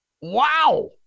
Wow